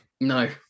No